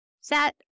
Set